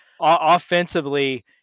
offensively